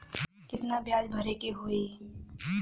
कितना ब्याज भरे के होई?